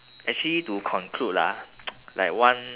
actually to conclude ah like one